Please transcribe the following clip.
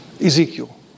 Ezekiel